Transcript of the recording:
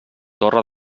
torre